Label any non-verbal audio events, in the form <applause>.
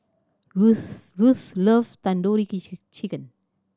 Ruthanne Ruthanne love Tandoori <unintelligible> Chicken